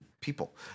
people